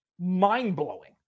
mind-blowing